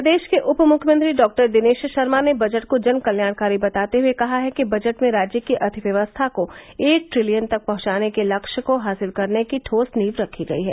प्रदेश के उपमुख्यमंत्री डॉक्टर दिनेश शर्मा ने बजट को जन कल्याणकरी बताते हये कहा है कि बजट में राज्य की अर्थव्यवस्था को एक ट्रिलियन तक पहुंचाने के लक्ष्य को हासिल करने की ठोस नींव रखी गई है